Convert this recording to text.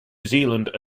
zealand